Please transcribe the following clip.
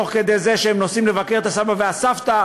תוך כדי זה שהם נוסעים לבקר את הסבא והסבתא,